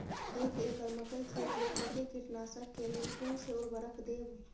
एक एकड़ मकई खेत में कते कीटनाशक के लेल कोन से उर्वरक देव?